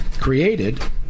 created